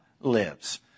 lives